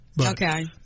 Okay